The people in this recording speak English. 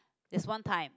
that's one time